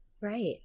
Right